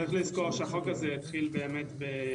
צריך לזכור שהחוק הזה התחיל בקיבוצים